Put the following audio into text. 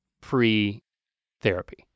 pre-therapy